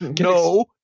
no